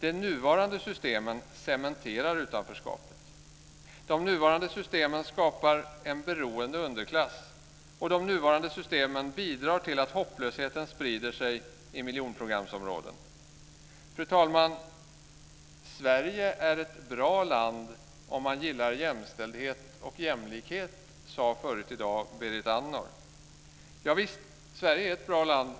De nuvarande systemen cementerar utanförskapet. De nuvarande systemen skapar en beroende underklass. De nuvarande systemen bidrar till att hopplösheten sprider sig i miljonprogramsområdena. Fru talman! Sverige är ett bra land om man gillar jämställdhet och jämlikhet, sade Berit Andnor tidigare i dag. Javisst, Sverige är ett bra land